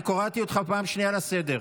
אני קראתי אותך פעם שנייה לסדר.